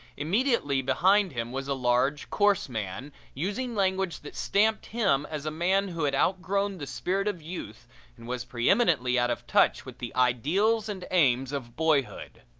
immediately behind him was a large, coarse man using language that stamped him as a man who had outgrown the spirit of youth and was preeminently out of touch with the ideals and aims of boyhood.